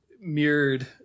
mirrored